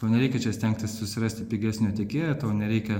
tau nereikia čia stengtis susirasti pigesnio tiekėjo tau nereikia